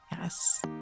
Yes